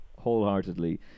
wholeheartedly